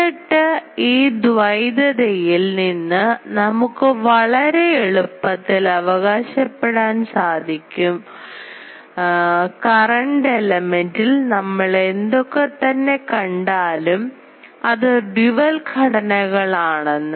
എന്നിട്ട് ഈ ദ്വൈതതയിൽ നിന്ന് നമുക്ക് വളരെ എളുപ്പത്തിൽ അവകാശപ്പെടാൻ സാധിക്കും ഉണ്ട് കറൻറ് elementൽ നമ്മൾ എന്തൊക്കെ തന്നെ കണ്ടാലും അതു ഡ്യുവൽ ഘടനകൾ ആണെന്ന്